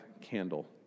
candle